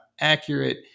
accurate